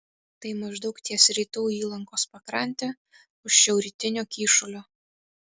tai maždaug ties rytų įlankos pakrante už šiaurrytinio kyšulio